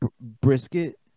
Brisket